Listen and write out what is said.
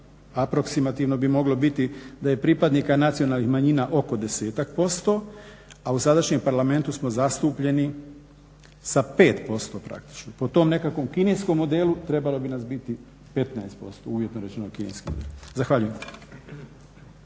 aproksimativno bi moglo biti da je pripadnika nacionalnih manjina oko 10-ak%, a u sadašnjem Parlamentu smo zastupljeni sa 5% praktično. Po tom nekakvom kineskom modelu trebalo bi nas biti 15% uvjetno rečeno. Zahvaljujem.